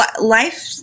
life